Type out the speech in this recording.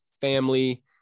family